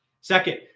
Second